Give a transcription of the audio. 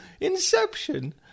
Inception